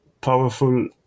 powerful